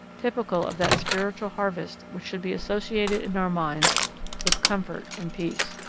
typical of that spiritual harvest which should be associated in our minds with comfort and peace.